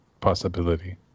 possibility